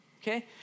okay